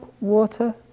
water